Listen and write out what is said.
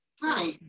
Hi